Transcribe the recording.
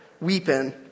weeping